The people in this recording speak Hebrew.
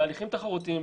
בהליכים תחרותיים,